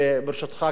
בעניין הזה: